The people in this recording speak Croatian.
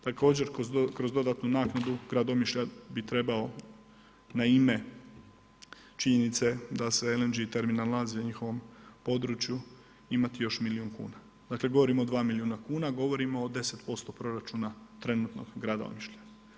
Također kroz dodatnu naknadu grad Omišalj bi trebao na ime činjenice da se LNG terminal nalazi na njihovom području imati još milijun kuna, dakle govorimo o dva milijuna kuna, govorimo o 10% proračuna trenutnog grada Omišlja.